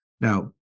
Now